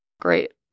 Great